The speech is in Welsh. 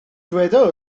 dyweda